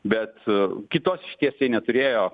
bet kitos išeities jie neturėjo